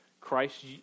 Christ